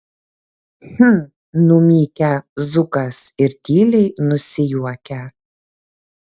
hm numykia zukas ir tyliai nusijuokia